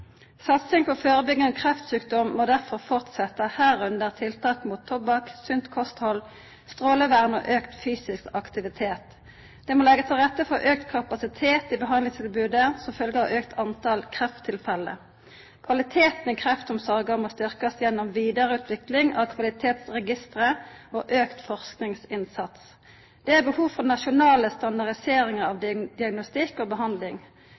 Satsing på førebygging av kreftsjukdom må derfor fortsetja, under dette tiltak mot tobakk, sunt kosthald, strålevern og auka fysisk aktivitet. Det må leggjast til rette for auka kapasitet i behandlingstilbodet som følgje av ein auke i talet på krefttilfelle. Kvaliteten i kreftomsorga må styrkjast gjennom vidareutvikling av kvalitetsregistra og auka forskingsinnsats. Det er behov for nasjonale standardiseringar av diagnostikk og behandling.